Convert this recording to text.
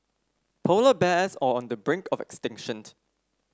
polar bears are on the brink of extinction